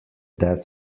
death